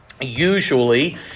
usually